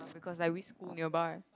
because I wish school nearby